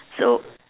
so